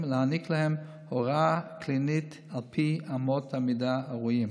ולהעניק להם הוראה קלינית על פי אמות המידה הראויות.